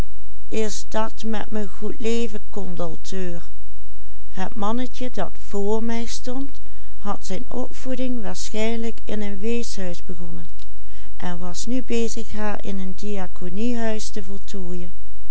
mannetje dat vr mij stond had zijn opvoeding waarschijnlijk in een weeshuis begonnen en was nu bezig haar in een diaconiehuis te voltooien